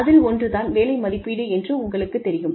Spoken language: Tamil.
அதில் ஒன்று தான் வேலை மதிப்பீடு என்று உங்களுக்குத் தெரியும்